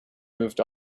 moved